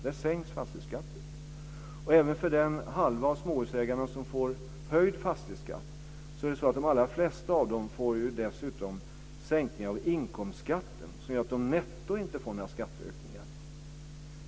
Dessutom får de allra flesta i den resterande hälft av småhusägarna som får höjd fastighetsskatt en sänkning av inkomstskattten, vilket gör att de netto inte får några skatteökningar.